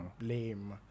lame